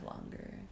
longer